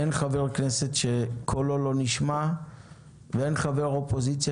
אין חבר כנסת שקולו לא נשמע ואין חבר אופוזיציה